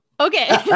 Okay